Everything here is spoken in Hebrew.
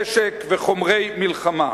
נשק וחומרי מלחמה.